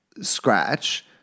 scratch